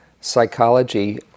psychology